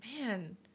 Man